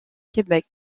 québec